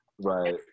right